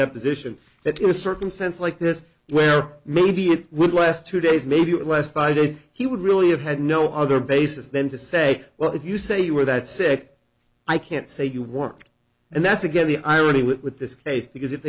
deposition that in a certain sense like this where maybe it would last two days maybe less fight as he would really have had no other basis then to say well if you say you were that sick i can't say you worked and that's again the irony with this case because if